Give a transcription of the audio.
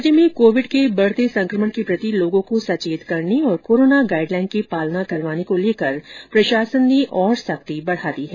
राज्य में कोविड के बढ़ते संकमण के प्रति लोगों को सचेत करने और कोरोना गाइड लाइन की पालना करवाने को लेकर प्रशासन ने और सख्ती बढ़ा दी है